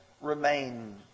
remain